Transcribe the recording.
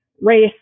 race